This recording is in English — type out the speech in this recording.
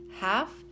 half